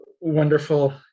wonderful